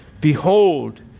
Behold